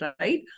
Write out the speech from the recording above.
right